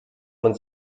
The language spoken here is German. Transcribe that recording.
man